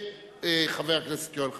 וחבר הכנסת יואל חסון,